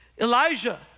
Elijah